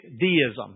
deism